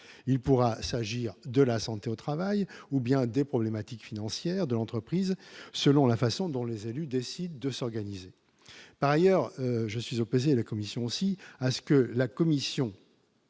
il pourra s'agir de la santé au travail, ou bien des problématiques financières de l'entreprise, selon la façon dont les élus décident de s'organiser, par ailleurs, je suis opposé à la commission aussi à ce que la Commission.